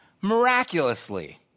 miraculously